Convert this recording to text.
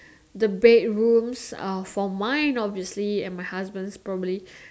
the bedrooms are for mine obviously and my husbands probably